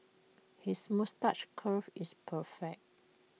his moustache curl is perfect